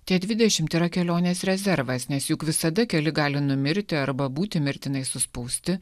tie dvidešimt yra kelionės rezervas nes juk visada keli gali numirti arba būti mirtinai suspausti